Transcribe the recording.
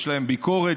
יש להם ביקורת,